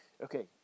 Okay